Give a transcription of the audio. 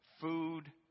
food